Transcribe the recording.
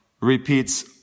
repeats